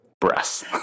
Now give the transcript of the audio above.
breasts